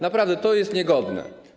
Naprawdę to jest niegodne.